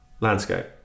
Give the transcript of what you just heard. Landscape